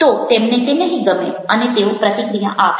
તો તેમને તે નહિ ગમે અને તેઓ પ્રતિક્રિયા આપશે